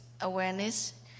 awareness